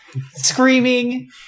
Screaming